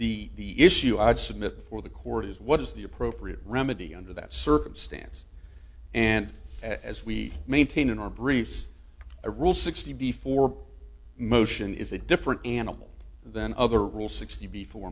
the issue i'd submit for the court is what is the appropriate remedy under that circumstance and as we maintain in our briefs a rule sixty before motion is a different animal than other rule sixty b for